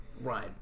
Right